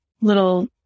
little